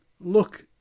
look